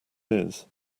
his